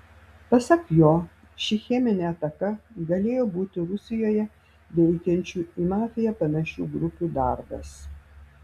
pasak jo ši cheminė ataka galėjo būti rusijoje veikiančių į mafiją panašių grupių darbas